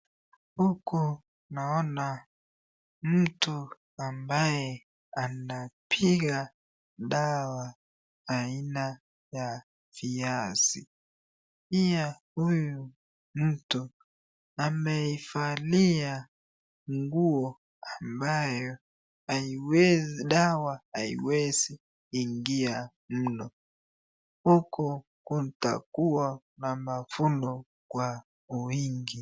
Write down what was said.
Huku naona mtu ambaye anapiga dawa aina ya viazi, pia huyu mtu ameivalia nguo ambaye dawa haiwezi ingia mno, huku kutakua na mavuno kwa wingi.